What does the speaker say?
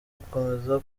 gukomeza